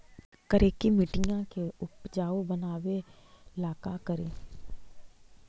करिकी मिट्टियां के उपजाऊ बनावे ला का करी?